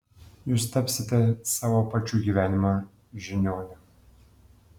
jūs tapsite savo pačių gyvenimo žiniuoniu